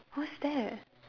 what's that